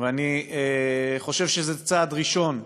אני חושב שזה צעד ראשון,